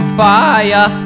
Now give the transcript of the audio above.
fire